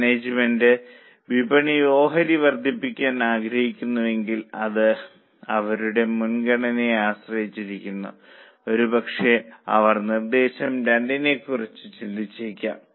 management വിപണി ഓഹരി വർദ്ധിപ്പിക്കാൻ ആഗ്രഹിക്കുന്നുവെങ്കിൽ അത് അവരുടെ മുൻഗണനയെ ആശ്രയിച്ചിരിക്കുന്നു ഒരുപക്ഷേ അവർ നിർദ്ദേശം 2നെ കുറിച്ചും ചിന്തിച്ചേക്കാം